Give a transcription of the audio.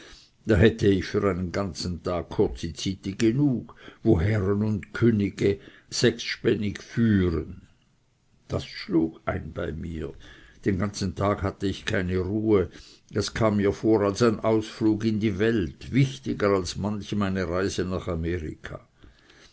da hätte ich für einen ganzen tag kurzi zyti genug wo herre und künge sechsspännig führen das schlug ein bei mir den ganzen tag hatte ich keine ruhe das kam mir vor als ein ausflug in die welt wichtiger als manchem eine reise nach amerika